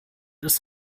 ist